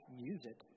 music